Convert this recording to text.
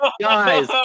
Guys